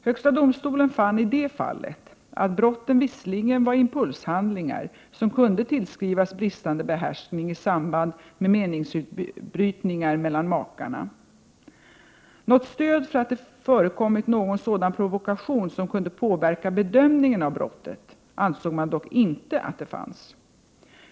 Högsta domstolen fann i det fallet att brotten visserligen var impulshandlingar som kunde tillskrivas bristande behärskning i samband med meningsbrytningar mellan makarna, men något stöd för att det förekommit någon sådan provokation som kunde påverka bedömningen av brotten ansåg man dock inte att det fanns.